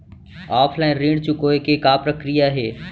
Offline ऋण चुकोय के का प्रक्रिया हे?